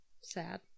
Sad